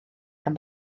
gan